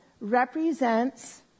represents